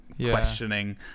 questioning